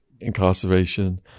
incarceration